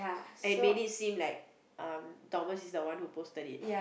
and made it seem like um Thomas is the one who posted it